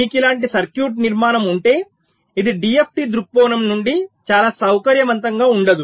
మీకు ఇలాంటి సర్క్యూట్ నిర్మాణం ఉంటే ఇది DFT దృక్కోణం నుండి చాలా సౌకర్యవంతంగా ఉండదు